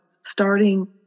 starting